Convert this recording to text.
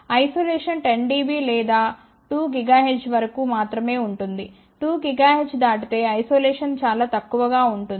isolation 10 dB లేదా 2 GHz వరకు మాత్రమే ఉంటుంది 2 GHz దాటితే ఐసోలేషన్ చాలా తక్కువగా ఉంది